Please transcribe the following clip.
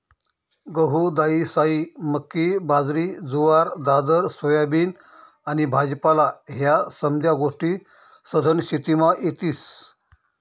गहू, दायीसायी, मक्की, बाजरी, जुवार, दादर, सोयाबीन आनी भाजीपाला ह्या समद्या गोष्टी सधन शेतीमा येतीस